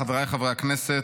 חבריי חברי הכנסת,